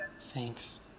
Thanks